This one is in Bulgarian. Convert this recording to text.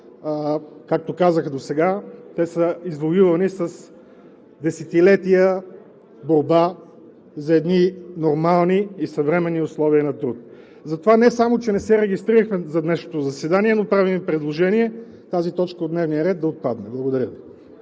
както казах досега, са извоювани с десетилетия борба за едни нормални и съвременни условия на труд. Затова не само че не се регистрирахме за днешното заседание, но правим предложение тази точка от дневния ред да отпадне. Благодаря.